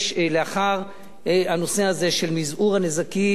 לאחר הנושא של מזעור הנזקים,